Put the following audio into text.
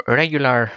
regular